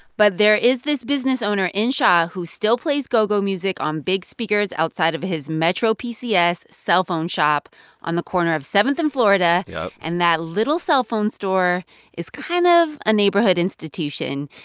but there is this business owner in shaw who still plays go-go music on big speakers outside of his metro pcs cellphone shop on the corner of seventh and florida yep and that little cellphone store is kind of a neighborhood institution.